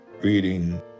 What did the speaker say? reading